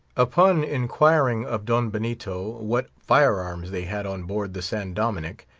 upon inquiring of don benito what firearms they had on board the san dominick,